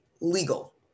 legal